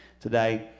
today